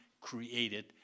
created